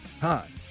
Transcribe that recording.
time